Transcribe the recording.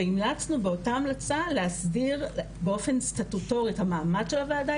והמלצנו באותה המלצה לאסדיר באופן סטטוטורי את המעמד של הוועדה,